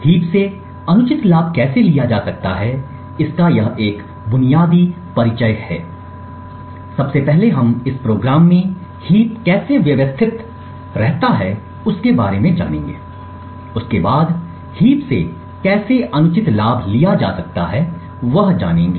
heap से अनुचित लाभ कैसे लिया जा सकता है इसका यह एक बुनियादी परिचय है सबसे पहले हम इस प्रोग्राम में हीप कैसे व्यवस्थित ऑर्गेनाइज रहता है उसके बारे में जानेंगे उसके बाद हीप से कैसे अनुचित लाभ लिया जा सकता है वह जानेंगे